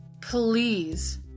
please